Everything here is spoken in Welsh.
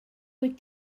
wyt